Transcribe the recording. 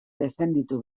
defenditu